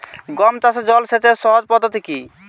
গম চাষে জল সেচের সহজ পদ্ধতি কি?